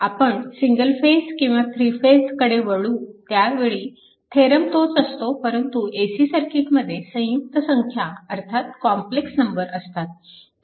आपण single phase किंवा three phase कडे वळू त्यावेळी थेरम तोच असतो परंतु AC सर्किटमध्ये संयुक्त संख्या कॉम्प्लेक्स नंबर complex number असतात